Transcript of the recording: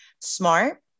Smart